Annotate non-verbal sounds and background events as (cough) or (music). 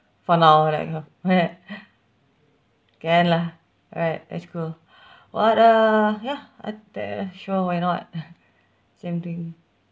for now like (laughs) can lah right that's cool what uh ya I th~ uh sure why not (laughs) same thing